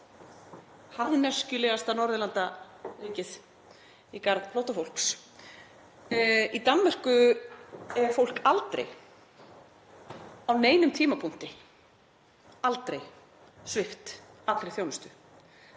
harðneskjulegasta Norðurlandaríkið í garð flóttafólks. Í Danmörku er fólk aldrei á neinum tímapunkti, aldrei, svipt allri þjónustu.